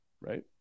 Right